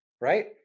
Right